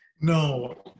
no